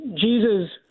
Jesus